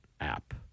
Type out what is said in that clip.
app